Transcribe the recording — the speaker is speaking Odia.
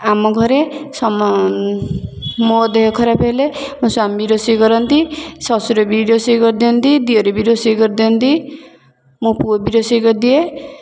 ଆମ ଘରେ ସମ ମୋ ଦେହ ଖରାପ ହେଲେ ମୋ ସ୍ୱାମୀ ରୋଷେଇ କରନ୍ତି ଶଶୁର ବି ରୋଷେଇ କରି ଦିଅନ୍ତି ଦିଅର ବି ରୋଷେଇ କରି ଦିଅନ୍ତି ମୋ ପୁଅ ବି ରୋଷେଇ କରି ଦିଏ